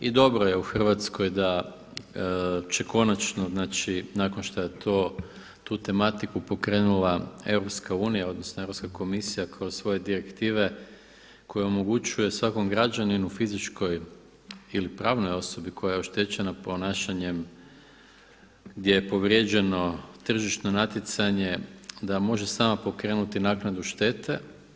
I dobro je u Hrvatskoj da će konačno znači nakon šta je to, tu tematiku pokrenula EU odnosno Europska komisija kroz svoje direktive koja omogućuje svakom građaninu, fizičkoj ili pravnoj osobi koja je oštećena ponašanjem gdje je povrijeđeno tržišno natjecanje da može sama pokrenuti naknadu štete.